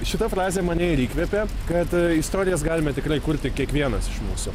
šita frazė mane ir įkvėpė kad istorijas galime tikrai kurti kiekvienas iš mūsų